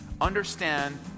understand